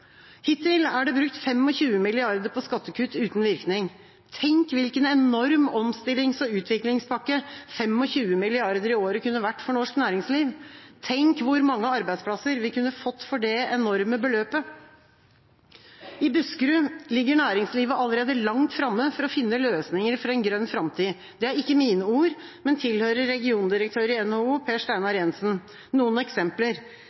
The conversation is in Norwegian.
Hittil er det brukt 25 mrd. kr på skattekutt uten virkning. Tenk hvilken enorm omstillings- og utviklingspakke 25 mrd. kr i året kunne vært for norsk næringsliv! Tenk hvor mange arbeidsplasser vi kunne fått for det enorme beløpet! «Næringslivet i Buskerud ligger allerede langt fremme for å finne løsninger for en grønn fremtid.» Det er ikke mine ord, men tilhører regiondirektør i NHO, Per Steinar Jensen. Her er noen eksempler: